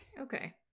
Okay